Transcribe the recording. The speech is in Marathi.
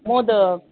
मोदक